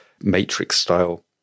Matrix-style